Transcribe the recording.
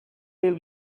will